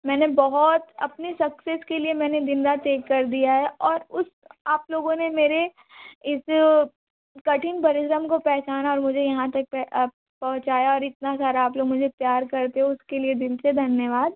मैंने बहुत अपनी सक्सेस के लिए मैंने दिन रात एक कर दिया है और उस आप लोगों ने मेरे इस कठिन परिश्रम को पहचाना और मुझे यहाँ तक पहुंचाया और इतना सारा आप लोग मुझे प्यार करते हो उसके लिए दिल से धन्यवाद